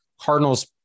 Cardinals